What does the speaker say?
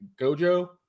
gojo